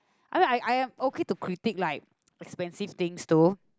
I mean I I am okay to critique like expensive things though